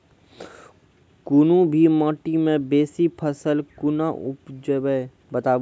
कूनू भी माटि मे बेसी फसल कूना उगैबै, बताबू?